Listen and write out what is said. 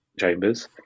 chambers